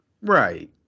Right